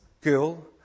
girl